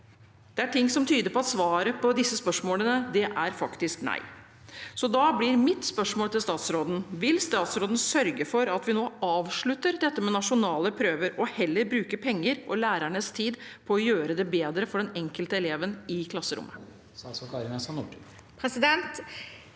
det er ting som tyder på at svaret på disse spørsmålene er nei. Da blir mitt spørsmål til statsråden: Vil statsråden sørge for at vi nå avslutter bruken av nasjonale prøver og heller bruker penger og lærernes tid på å gjøre det bedre for den enkelte eleven i klasserommet? Statsråd